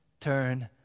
turn